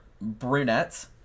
brunettes